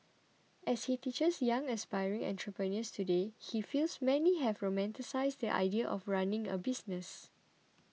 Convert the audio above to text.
as he teaches young aspiring entrepreneurs today he feels many have romanticised the idea of running a business